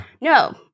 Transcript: No